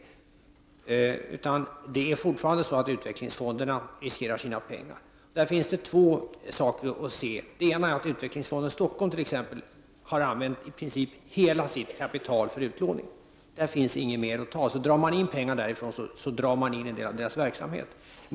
Fortfarande riskerar utvecklingsfonderna sina pengar. Där finns det två saker att se. Den ena är att utvecklingsfonderna i Stockholm t.ex. har använt i princip hela sitt kapital för utlåning. Där finns inget mera att ta. Så drar man in pengarna därifrån, drar man in en del av verksamheten.